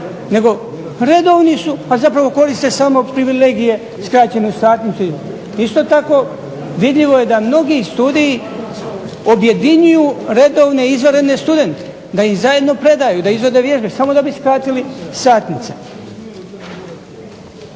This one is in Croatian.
nego redovni su, a zapravo koriste samo privilegije skraćene satnice. Isto tako, vidljivo je da mnogi studiji objedinjuju redovne i izvanredne studente, da im zajedno predaju, da izvode vježbe, samo da bi skratili satnice.